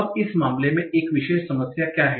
अब इस मामले में एक विशेष समस्या क्या है